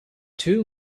two